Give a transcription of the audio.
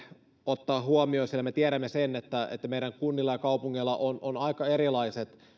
ottaa huomioon sillä me tiedämme sen että että meidän kunnilla ja kaupungeilla on on aika erilaiset